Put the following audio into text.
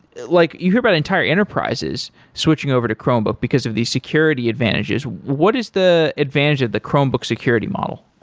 like you hear about entire enterprises switching over to chromebook, because of these security advantages. what is the advantage of the chromebook security model?